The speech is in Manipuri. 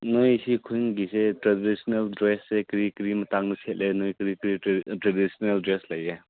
ꯅꯣꯏꯁꯤ ꯈꯨꯟꯒꯤꯁꯦ ꯇ꯭ꯔꯦꯗꯤꯁꯅꯦꯜ ꯗ꯭ꯔꯦꯁꯁꯦ ꯀꯔꯤ ꯀꯔꯤ ꯃꯇꯥꯡꯗ ꯁꯦꯠꯂꯦ ꯅꯣꯏ ꯀꯔꯤ ꯀꯔꯤ ꯇ꯭ꯔꯦꯗꯤꯁꯅꯦꯜ ꯗ꯭ꯔꯦꯁ ꯂꯩꯒꯦ